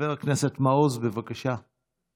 חבר הכנסת מעוז, בבקשה.